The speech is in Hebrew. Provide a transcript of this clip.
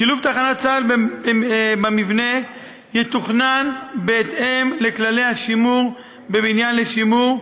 שילוב תחנת צה"ל במבנה יתוכנן בהתאם לכללי השימור בבניין לשימור,